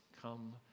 Come